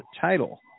title